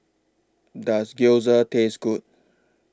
Does Gyoza Taste Good